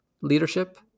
leadership